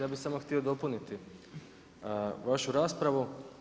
Ja bi sam htio dopuniti vašu raspravu.